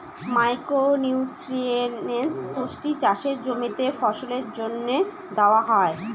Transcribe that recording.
micro nutrients পুষ্টি চাষের জমিতে ফসলের জন্য দেওয়া হয়